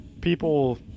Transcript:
People